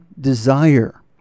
desire